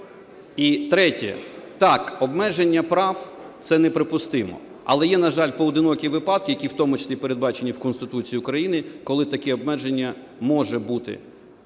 І третє. Так, обмеження прав – це неприпустимо. Але є, на жаль, поодинокі випадки, які в тому числі передбачені в Конституції України, коли такі обмеження можуть бути